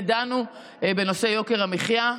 ודנו בנושא יוקר המחיה.